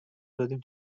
دادیم